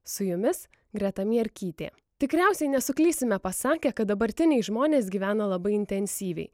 su jumis greta mierkytė tikriausiai nesuklysime pasakę kad dabartiniai žmonės gyvena labai intensyviai